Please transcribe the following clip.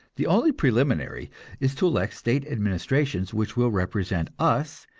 the only preliminary is to elect state administrations which will represent us,